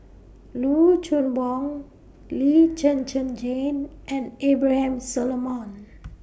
Loo Choon Yong Lee Zhen Zhen Jane and Abraham Solomon